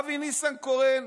אבי ניסנקורן,